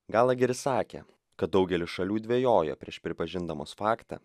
galaheris sakė kad daugelis šalių dvejojo prieš pripažindamas faktą